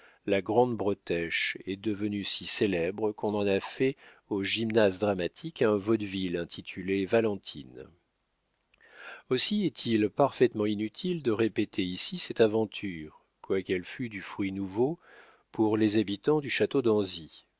la grande bretèche et devenue si célèbre qu'on en a fait au gymnase dramatique un vaudeville intitulé valentine aussi est-il parfaitement inutile de répéter ici cette aventure quoiqu'elle fût du fruit nouveau pour les habitants du château d'anzy